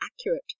accurate